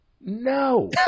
No